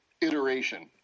iteration